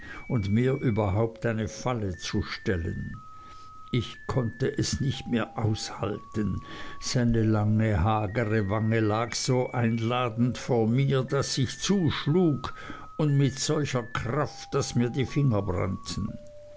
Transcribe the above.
und mir überhaupt eine falle zu stellen ich konnte es nicht mehr aushalten seine lange hagere wange lag so einladend vor mir daß ich zuschlug und mit solcher kraft daß mir die finger brannten